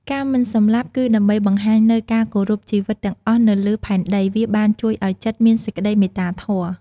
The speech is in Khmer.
ការមិនសម្លាប់ គឺដើម្បីបង្ហាញនូវការគោរពជីវិតទាំងអស់នៅលើផែនដី វាបានជួយឲ្យចិត្តមានសេចក្តីមេត្តាធម៌។